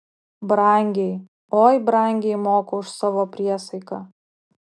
brangiai oi brangiai moku už savo priesaiką